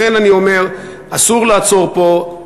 לכן אני אומר: אסור לעצור פה.